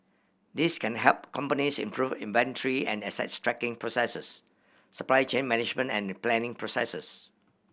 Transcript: these can help companies improve inventory and asset tracking processes supply chain management and planning processes